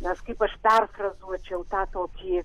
nes kaip aš perfrazuočiau tą tokį